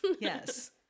yes